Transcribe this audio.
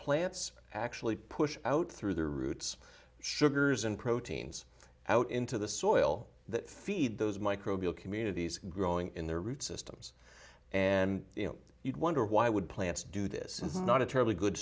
plants actually push out through their roots sugars and proteins out into the soil that feed those microbial communities growing in their root systems and you'd wonder why would plants do this is not a terribly good